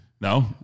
No